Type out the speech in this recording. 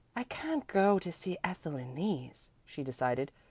i can't go to see ethel in these, she decided,